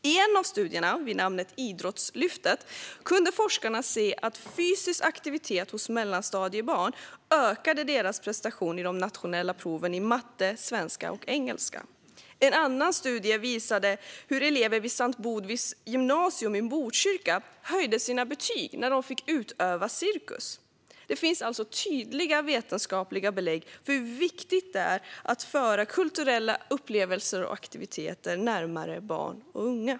I en av studierna, som handlade om Idrottslyftet, kunde forskarna se att fysisk aktivitet hos mellanstadiebarn ökade deras prestation i de nationella proven i matte, svenska och engelska. En annan studie visade hur elever vid S:t Botvids gymnasium i Botkyrka höjde sina betyg när de fick utöva cirkus. Det finns alltså tydliga vetenskapliga belägg för hur viktigt det är att föra kulturella upplevelser och aktiviteter närmare barn och unga.